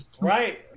right